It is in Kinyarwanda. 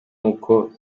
uko